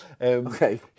Okay